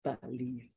believe